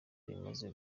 rimaze